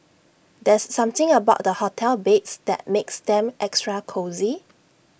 there's something about the hotel beds that makes them extra cosy